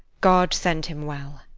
god send him well!